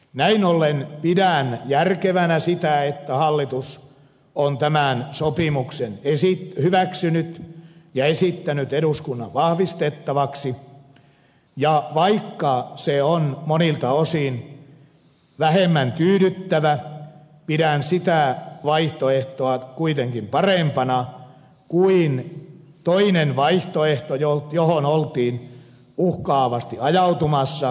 näin ollen pidän järkevänä sitä että hallitus on tämän sopimuksen hyväksynyt ja esittänyt eduskunnan vahvistettavaksi ja vaikka se on monilta osin vähemmän tyydyttävä pidän sitä vaihtoehtoa kuitenkin parempana kuin toista vaihtoehtoa johon oltiin uhkaavasti ajautumassa